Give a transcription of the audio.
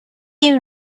you